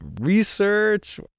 research